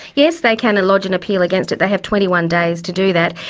yes, they can lodge an appeal against it. they have twenty one days to do that.